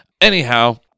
anyhow